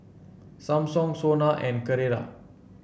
Samsung Sona and Carrera